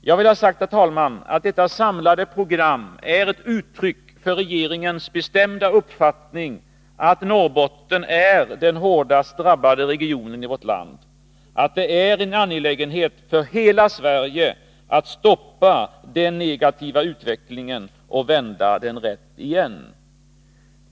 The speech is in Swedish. Jag vill ha sagt, herr talman, att detta samlade program är ett uttryck för regeringens bestämda uppfattning att Norrbotten är den hårdast drabbade regionen i vårt land, att det är en angelägenhet för hela Sverige att stoppa den negativa utvecklingen och vända den rätt igen.